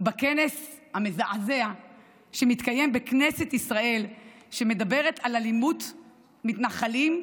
בכנס המזעזע שמתקיים בכנסת ישראל שמדבר על אלימות מתנחלים.